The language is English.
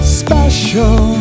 special